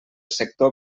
sector